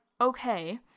okay